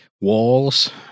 walls